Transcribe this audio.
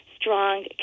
strong